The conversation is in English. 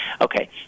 okay